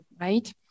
right